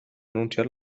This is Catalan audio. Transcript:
anunciar